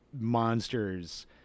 monsters